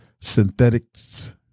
Synthetics